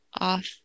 off